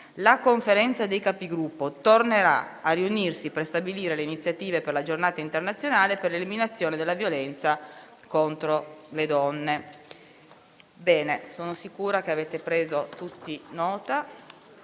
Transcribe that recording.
La Conferenza dei Capigruppo tornerà a riunirsi per stabilire le iniziative per la Giornata internazionale per l'eliminazione della violenza contro le donne.